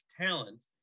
talent